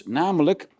namelijk